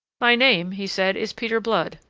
my name, he said, is peter blood.